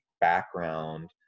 background